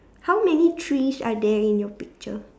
how many trees are there in your picture